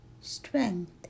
strength